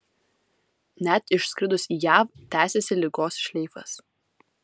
net išskridus į jav tęsėsi ligos šleifas